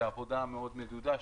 זה עבודה מאוד מדודה,